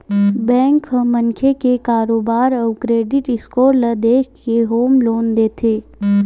bank ह मनखे के कारोबार अउ क्रेडिट स्कोर ल देखके होम लोन देथे